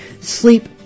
Sleep